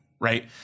right